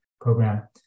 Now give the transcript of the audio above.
program